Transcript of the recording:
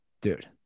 Dude